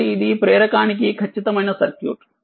కాబట్టిఇది ఒకప్రేరకానికిఖచ్చితమైన సర్క్యూట్